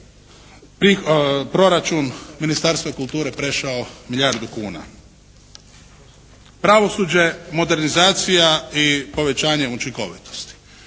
proračun Ministarstva kulture je prešao milijardu kuna. Pravosuđe, modernizacija i povećanje učinkovitosti.